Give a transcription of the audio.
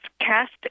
cast